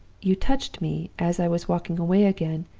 you touched me, as i was walking away again,